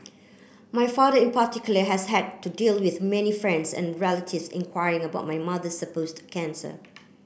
my father in particular has had to deal with many friends and relatives inquiring about my mother supposed cancer